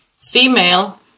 female